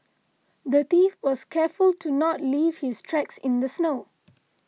the thief was careful to not leave his tracks in the snow